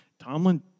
Tomlin